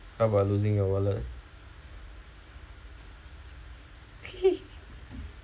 how about losing your wallet